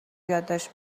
یادداشت